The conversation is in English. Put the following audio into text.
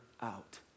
out